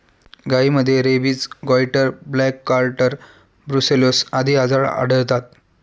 गायींमध्ये rabies, goitre, black quarter, brucellosis आदी आजार आढळतात